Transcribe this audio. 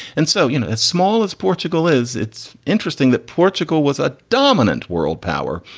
and so, you know, it's small. it's portugal is it's interesting that portugal was a dominant world power,